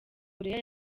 korea